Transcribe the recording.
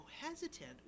hesitant